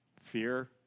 Fear